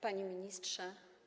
Panie Ministrze!